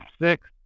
Six